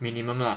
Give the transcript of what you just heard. minimum lah